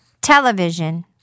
television